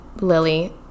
lily